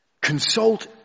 Consult